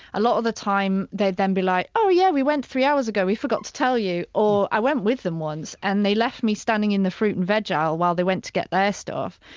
a lot of the time they'd then be like oh yeah, we went three hours ago, we forgot to tell you. or i went with them once and they left me standing in the fruit and veg aisle while they went to get their stuff,